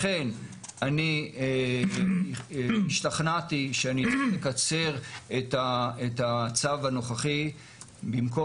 לכן אני השתכנעתי שאני צריך לקצר את הצו של